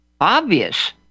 obvious